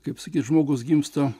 kaip sakyti žmogus gimsta